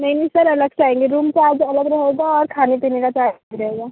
नहीं नहीं सर अलग से आएँगे रूम चार्ज अलग रहेगा और खाने पीने का चार्ज अलग रहेगा